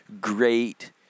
great